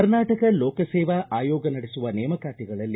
ಕರ್ನಾಟಕ ಲೋಕ ಸೇವಾ ಆಯೋಗ ನಡೆಸುವ ನೇಮಕಾತಿಗಳಲ್ಲಿ